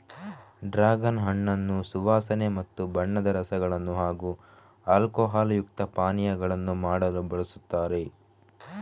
dragon ಹಣ್ಣನ್ನು ಸುವಾಸನೆ ಮತ್ತು ಬಣ್ಣದ ರಸಗಳನ್ನು ಹಾಗೂ ಆಲ್ಕೋಹಾಲ್ ಯುಕ್ತ ಪಾನೀಯಗಳನ್ನು ಮಾಡಲು ಬಳಸುತ್ತಾರೆ